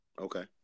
okay